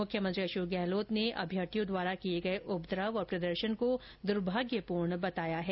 मुख्यमंत्री अशोक गहलोत ने अभ्यर्थियों द्वारा किए गए उपद्रव और प्रदर्शन को दुर्भाग्यपूर्ण बताया है